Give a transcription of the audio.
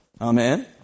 Amen